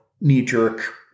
knee-jerk